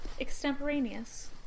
extemporaneous